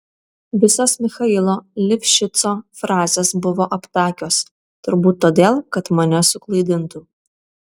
visos michailo livšico frazės buvo aptakios turbūt todėl kad mane suklaidintų